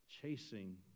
Chasing